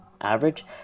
average